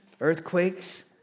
earthquakes